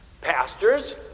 Pastors